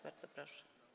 Bardzo proszę.